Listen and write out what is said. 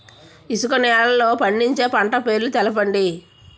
ఇసుక నేలల్లో పండించే పంట పేర్లు తెలపండి?